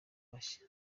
mashyi